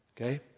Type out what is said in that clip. Okay